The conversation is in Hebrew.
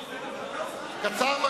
קצר?